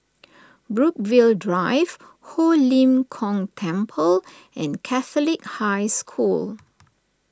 Brookvale Drive Ho Lim Kong Temple and Catholic High School